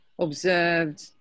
observed